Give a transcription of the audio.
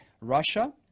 Russia